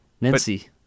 Nancy